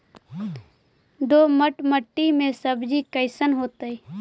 दोमट मट्टी में सब्जी कैसन होतै?